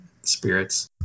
spirits